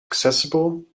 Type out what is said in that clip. accessible